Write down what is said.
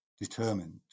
determined